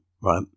right